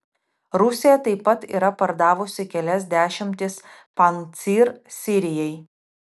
rusija taip pat yra pardavusi kelias dešimtis pancyr sirijai